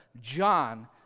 John